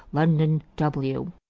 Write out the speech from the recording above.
london, w,